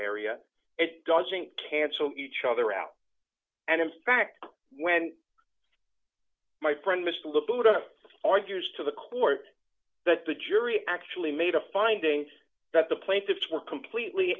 area it doesn't cancel each other out and in fact when my friend mr the buddha argues to the court that the jury actually made a finding that the plaintiffs were completely